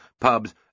pubs